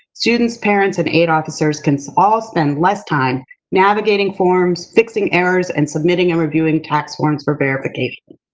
students, parents, and aid officers can all spend less time navigating forms, fixing errors, and submitting and reviewing tax forms for verification.